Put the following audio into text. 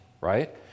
right